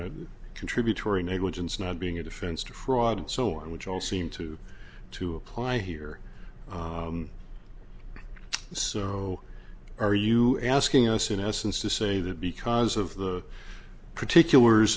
know contributory negligence not being a defense to fraud and so on which all seem to to apply here so are you asking us innocence to say that because of the particulars